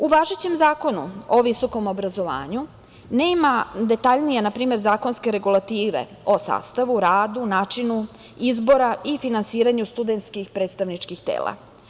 U važećem Zakonu o visokom obrazovanju nema detaljnije, na primer, zakonske regulative o sastavu, radu, načinu izbora i finansiranju studentskih predstavničkih tela.